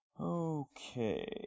Okay